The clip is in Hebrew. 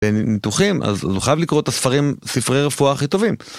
ניתוחים אז נוכל לקרוא את הספרים ספרי רפואה הכי טובים.